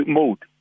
mode